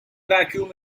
vacuum